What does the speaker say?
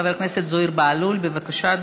חבר הכנסת זוהיר בהלול, בבקשה,